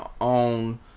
own